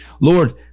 Lord